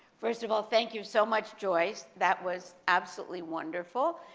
first of all, thank you so much, joyce, that was absolutely wonderful,